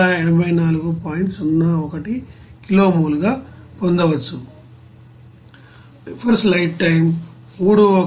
01 kilo mole గా పొందవచ్చు